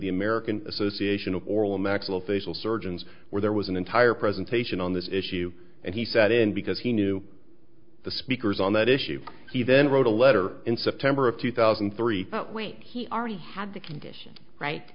the american association of oral maxillofacial surgeons where there was an entire presentation on this issue and he sat in because he knew the speakers on that issue he then wrote a letter in september of two thousand and three when he already had the condition right